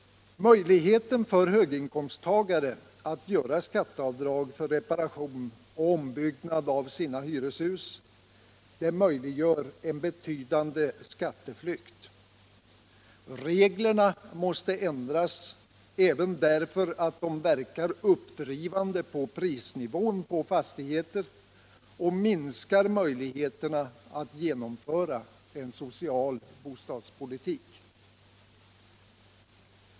Att höginkomsttagare kan göra skatteavdrag för reparation och ombyggnad av sina hyreshus möjliggör en betydande skatteflykt. Reglerna måste ändras även därför att de verkar uppdrivande på prisnivån på fastigheten och minskar möjligheterna att genomföra en social bostadspolitik.